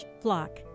flock